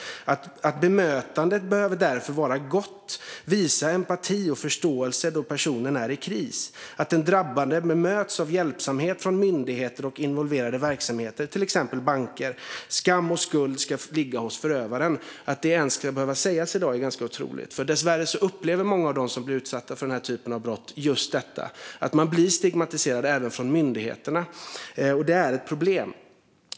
Bemötandet behöver därför vara gott. Man ska visa empati och förståelse då personen är i kris. Det handlar om att den drabbade ska bemötas av hjälpsamhet från myndigheter och involverade verksamheter, till exempel banker. Skam och skuld ska ligga hos förövaren. Att detta ens ska behöva sägas i dag är ganska otroligt. Dessvärre upplever många av dem som blir utsatta för denna typ av brott just att de blir stigmatiserade även av myndigheterna. Det är ett problem.